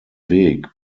weg